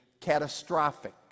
catastrophic